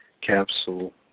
capsule